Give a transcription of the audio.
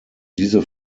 diese